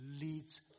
leads